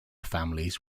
families